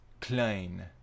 Klein